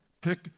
pick